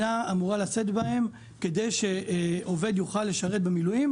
שהמדינה אמורה לשאת בהן כדי שעובד יוכל לשרת במילואים